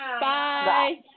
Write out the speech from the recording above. Bye